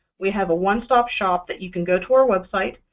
we have a one-stop shop that you can go to our website.